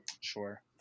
Sure